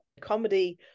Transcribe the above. comedy